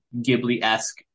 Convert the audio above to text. ghibli-esque